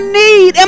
need